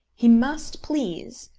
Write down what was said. he must please,